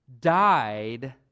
died